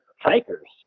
hikers